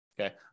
okay